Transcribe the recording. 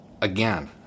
Again